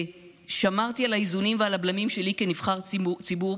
שמרתי על האיזונים ועל הבלמים שלי כנבחר ציבור,